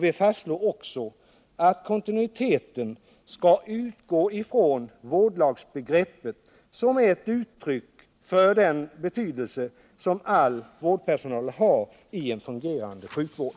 Vi fastslår också att kontinuiteten skall utgå från vårdlagsbegreppet, som är ett uttryck för den betydelse som all vårdpersonal har för en fungerande sjukvård.